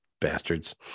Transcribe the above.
Bastards